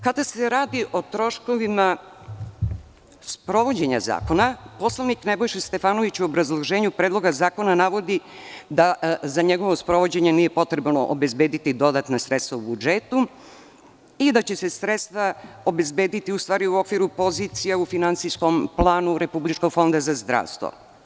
Kada se radi o troškovima sprovođenja zakona, poslanik Nebojša Stefanović u obrazloženju Predloga zakona navodi da za njegovo sprovođenje nije potrebno obezbediti dodatna sredstva u budžetu i da će se sredstva obezbediti u okviru pozicija u finansijskom planu republičkog fonda za zdravstvo.